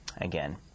again